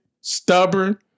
stubborn